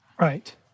right